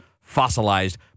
fossilized